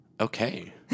Okay